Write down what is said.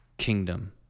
kingdom